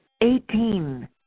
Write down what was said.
Eighteen